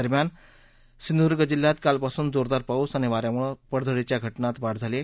दरम्यान सिंधुदुर्ग जिल्ह्यात काल पासून जोरदार पाऊस आणि वाऱ्यामुळे पडझडीच्या घटनांत वाढ झालीय